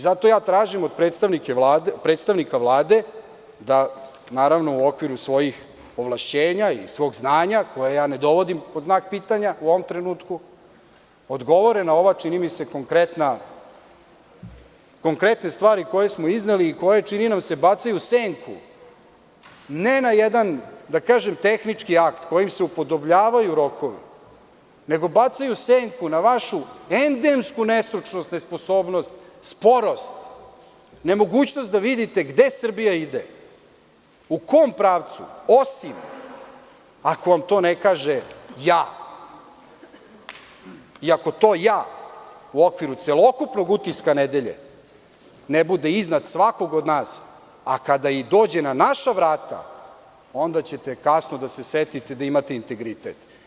Zato ja tražim od predstavnika Vlade da u okviru svojih ovlašćenja i svog znanja, koje ja ne dovodim pod znak pitanja u ovom trenutku, odgovore na ove, čini mi se, konkretne stvari koje smo izneli i koje, čini nam se, bacaju senku ne na jedan tehnički akt kojim se upodobljavaju rokovi, nego bacaju senku na vašu endemsku nestručnost, nesposobnost, sporost, nemogućnost da vidite gde Srbija ide, u kom pravcu, osim ako vam to ne kaže ja i ako to ja u okviru celokupnog utiska nedelje ne bude iznad svakog od nas, a kada i dođe na naša vrata, onda ćete kasno da se setite da imate integritet.